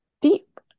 deep